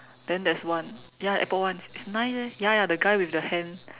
then there's one ya airport one it's nice eh ya the guy with the hand